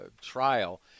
trial